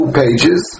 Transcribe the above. pages